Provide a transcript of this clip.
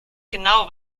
genau